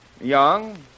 Young